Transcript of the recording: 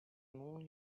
moon